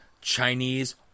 Chinese